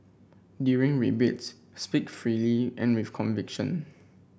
during debates speak freely and with conviction